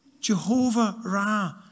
Jehovah-Ra